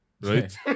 right